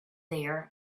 there